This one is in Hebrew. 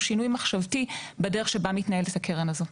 שינוי מחשבתי בדרך שבה מתנהלת הקרן הזאת.